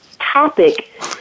topic